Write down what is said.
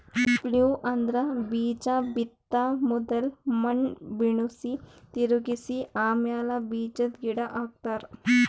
plough ಅಂದ್ರ ಬೀಜಾ ಬಿತ್ತ ಮೊದುಲ್ ಮಣ್ಣ್ ಬಿಡುಸಿ, ತಿರುಗಿಸ ಆಮ್ಯಾಲ ಬೀಜಾದ್ ಗಿಡ ಹಚ್ತಾರ